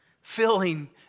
filling